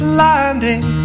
landing